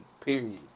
period